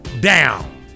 down